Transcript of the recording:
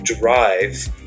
drive